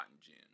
gin